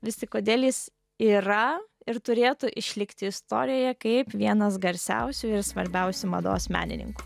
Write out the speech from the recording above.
vis tik kodėl jis yra ir turėtų išlikti istorijoje kaip vienas garsiausių ir svarbiausių mados menininkų